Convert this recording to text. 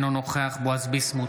אינו נוכח בועז ביסמוט,